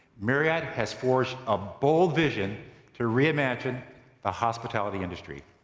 marriott has forged a bold vision to reimagine the hospitality industry.